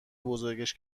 بزرگش